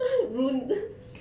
ruined